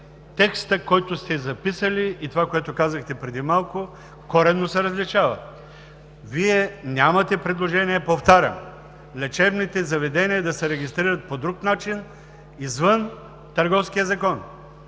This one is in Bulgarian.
текстът, който сте записали, и това, което казахте преди малко, коренно се различават. Вие, повтарям, нямате предложение лечебните заведения да се регистрират по друг начин извън Търговския закон.